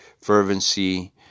fervency